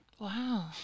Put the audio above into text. Wow